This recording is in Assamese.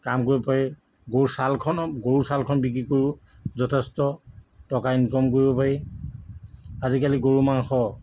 কাম কৰিব পাৰি গৰুৰ ছালখন গৰুৰ ছালখন বিক্ৰী কৰো যথেষ্ট টকা ইনকাম কৰিব পাৰি আজিকালি গৰুৰ মাংস